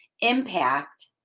impact